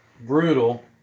brutal